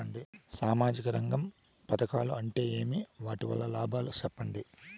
సామాజిక రంగం పథకాలు అంటే ఏమి? వాటి వలన లాభాలు సెప్పండి?